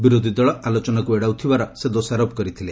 ବିରୋଧୀ ଦଳ ଆଲୋଚନାକୁ ଏଡ଼ାଉଥିବାର ସେ ଦୋଷାରୋପ କରିଥିଲେ